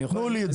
תנו לי את זה,